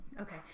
okay